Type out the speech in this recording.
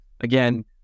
again